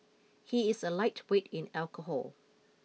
he is a lightweight in alcohol